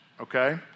okay